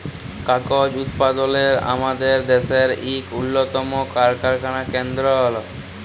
কাগজ উৎপাদলে আমাদের দ্যাশের ইক উল্লতম কারখালা কেলদ্র